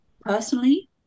Personally